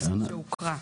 הנוסח שהוקרא.